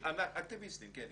אקטיביסטים, כן.